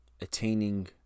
attaining